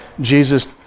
Jesus